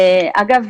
אגב,